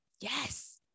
Yes